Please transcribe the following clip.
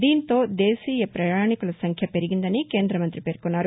దీంతో దేశీయ ప్రయాణికుల సంఖ్య పెరిగిందని కేంద్ర మంత్రి పేర్కొన్నారు